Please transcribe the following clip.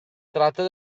tratta